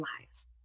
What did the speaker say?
lies